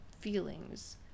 feelings